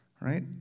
right